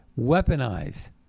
weaponize